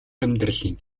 амьдралын